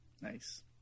Nice